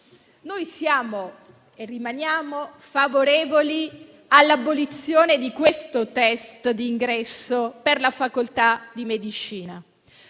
noi siamo e rimaniamo favorevoli all'abolizione dell'attuale *test* di ingresso per la facoltà di medicina,